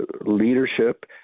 leadership